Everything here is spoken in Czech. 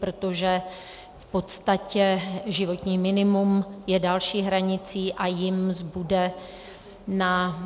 Protože v podstatě životní minimum je další hranicí a jim zbude na